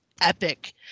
epic